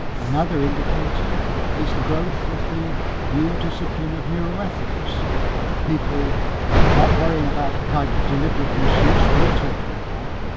another indicator is the growth of the new discipline of neuroethics people not worrying about the kind of deliberate misuse we're talking about,